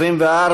24,